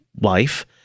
wife